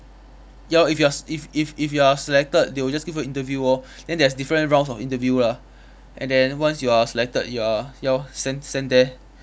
ya if you are if if if you are selected they'll just give you a interview orh then there's different rounds of interview lah and then once you are selected you are you are sent sent there